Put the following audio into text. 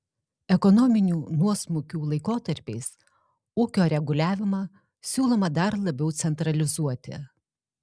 ekonominių nuosmukių laikotarpiais ūkio reguliavimą siūloma dar labiau centralizuoti